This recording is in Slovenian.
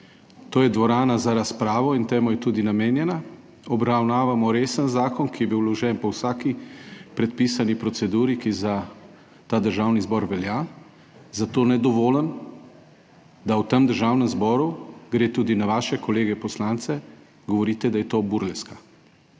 To je dvorana za razpravo in temu je tudi namenjena. Obravnavamo resen zakon, ki je bil vložen po vsaki predpisani proceduri, ki za ta Državni zbor velja, zato ne dovolim, da v tem Državnem zboru gre tudi na vaše kolege poslance govorite, da je to burleska.